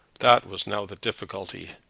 that was now the difficulty?